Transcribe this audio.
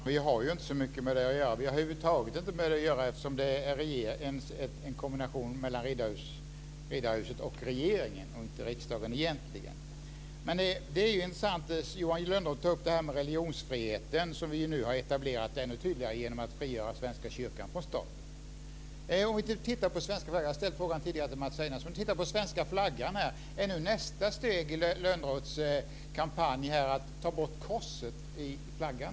Herr talman! Vi har inte så mycket med det att göra. Eller rättare: Vi har över huvud taget inte med det att göra, eftersom det är en kombination av Riddarhuset och regeringen som hanterar det och egentligen inte riksdagen. Det är intressant att Johan Lönnroth tar upp religionsfriheten, som vi nu har etablerat ännu tydligare genom att frigöra svenska kyrkan från staten. Jag har tidigare ställt den här frågan till Mats Einarsson. Om ni tittar på svenska flaggan här i kammaren, är nu nästa steg i Lönnroths kampanj att ta bort korset i flaggan?